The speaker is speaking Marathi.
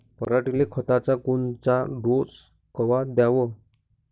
पऱ्हाटीले खताचा कोनचा डोस कवा द्याव?